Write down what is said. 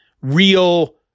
real